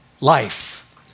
life